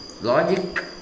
Logic